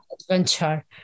adventure